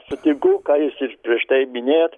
sutinku ką jūs ir prieš tai minėjot